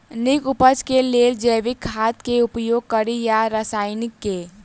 नीक उपज केँ लेल जैविक खाद केँ उपयोग कड़ी या रासायनिक केँ?